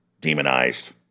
demonized